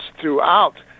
throughout